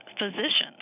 physicians